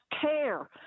care